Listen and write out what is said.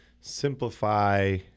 simplify